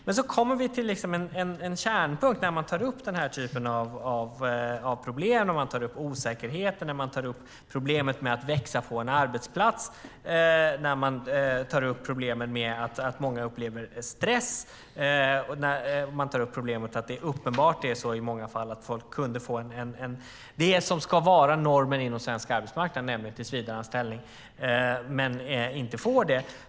Men så kommer vi till en kärnpunkt när man tar upp den här typen av problem. Man tar upp osäkerheten, problemet med att växa på en arbetsplats, att många upplever stress, att det i många fall är uppenbart att folk skulle kunna få det som ska vara normen på svensk arbetsmarknad, nämligen tillsvidareanställning, men inte får det.